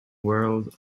world